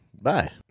Bye